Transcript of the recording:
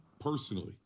personally